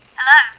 Hello